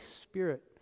Spirit